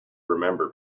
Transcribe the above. remember